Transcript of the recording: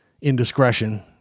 indiscretion